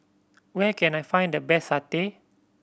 where can I find the best satay